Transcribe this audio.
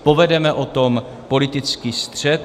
Povedeme o tom politický střet.